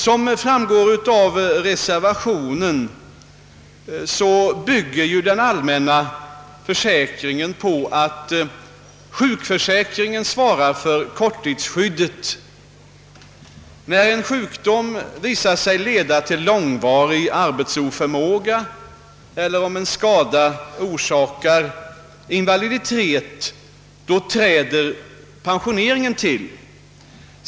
Som framgår av reservationen bygger den allmänna försäkringen på att sjukförsäkringen svarar för korttidsskyddet vid sjukdom. När en sjukdom visar sig leda till långvarig arbetsoförmåga eller om en skada orsakar invaliditet träder pensioneringen till.